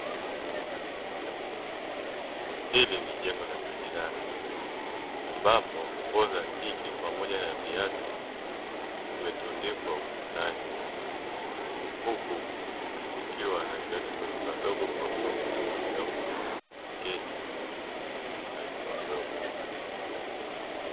Hili ni jengo la biashara ambapo nguo za kike pamoja na viatu vimetundikwa ukutani, huku kukiwa na viatu vya watoto wadogo pamoja na magauni, sketi za watoto wadogo.